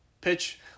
pitch